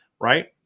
right